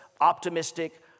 optimistic